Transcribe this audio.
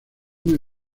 muy